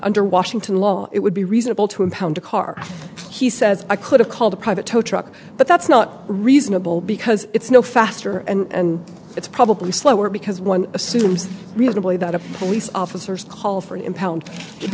under washington law it would be reasonable to impound a car he says i could have called a private tow truck but that's not reasonable because it's no faster and it's probably slower because one assumes reasonably that a police